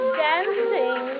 dancing